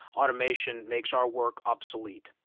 automation makes our work obsolete,